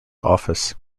office